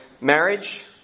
Marriage